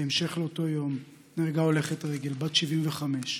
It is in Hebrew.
בהמשך אותו יום נהרגה הולכת רגל בת 75,